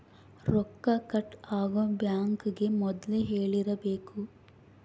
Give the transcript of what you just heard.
ರೊಕ್ಕ ಕಟ್ ಆಗೋ ಬ್ಯಾಂಕ್ ಗೇ ಮೊದ್ಲೇ ಹೇಳಿರಬೇಕು